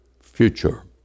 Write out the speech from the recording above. future